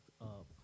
up